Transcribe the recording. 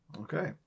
Okay